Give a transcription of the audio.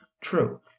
true